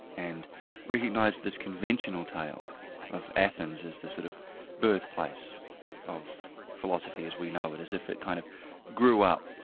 and recognised this conventional tale of athens as the sort of birthplace of philosophy as we know it, as if it kind of grew up,